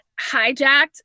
hijacked